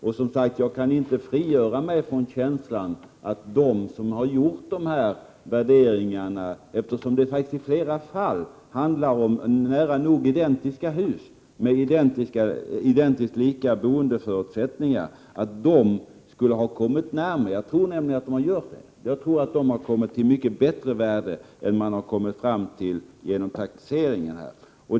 Jag kan, som sagt, inte frigöra mig från känslan av att de som själva har gjort en värdering — i flera fall handlar det ju om nära nog identiska hus med identiska boendeförutsättningar — kommit närmare. Jag tror nämligen att de har kommit fram till ett mycket bättre värde än man kommit fram till vid taxeringen.